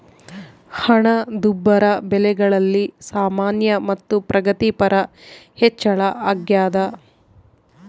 ಹಣದುಬ್ಬರ ಬೆಲೆಗಳಲ್ಲಿ ಸಾಮಾನ್ಯ ಮತ್ತು ಪ್ರಗತಿಪರ ಹೆಚ್ಚಳ ಅಗ್ಯಾದ